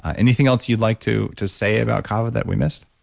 anything else you'd like to to say about kava that we missed?